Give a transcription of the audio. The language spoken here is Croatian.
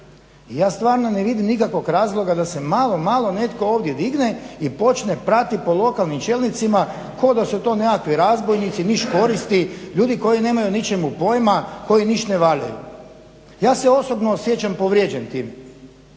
ja stvarno ne vidim nikakvog razloga da se malo, malo ovdje digne i počne prati po lokalnim čelnicima kao da su to neki razbojnici, niškoristi ljudi koji nemaju o ničemu pojma, koji ništa ne valjaju. Ja se osobno osjećam povrijeđen tim